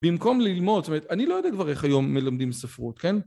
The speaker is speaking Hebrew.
במקום ללמוד זאת אומרת אני לא יודע כבר איך היום מלמדים ספרות כן